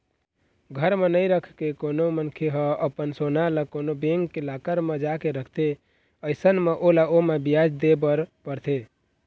घर म नइ रखके कोनो मनखे ह अपन सोना ल कोनो बेंक के लॉकर म जाके रखथे अइसन म ओला ओमा बियाज दे बर परथे